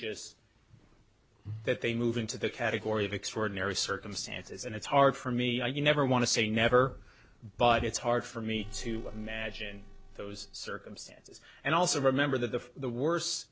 ous that they move into the category of extraordinary circumstances and it's hard for me i never want to say never but it's hard for me to imagine those circumstances and also remember that the